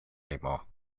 anymore